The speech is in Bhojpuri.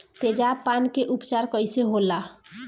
तेजाब पान के उपचार कईसे होला?